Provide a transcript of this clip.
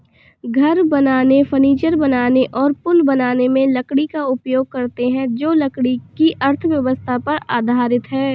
घर बनाने, फर्नीचर बनाने और पुल बनाने में लकड़ी का उपयोग करते हैं जो लकड़ी की अर्थव्यवस्था पर आधारित है